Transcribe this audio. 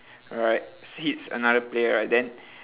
right hits another player right then